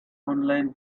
online